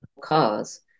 cars